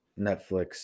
Netflix